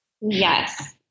Yes